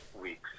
weeks